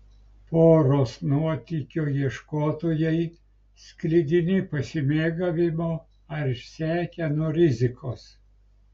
poros nuotykio ieškotojai sklidini pasimėgavimo ar išsekę nuo rizikos